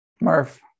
Murph